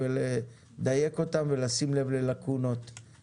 לדייק אותם ולשים לב ללקונות.